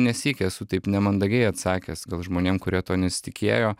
ne sykį esu taip nemandagiai atsakęs gal žmonėm kurie to nesitikėjo